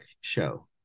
show